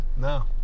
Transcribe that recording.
No